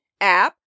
app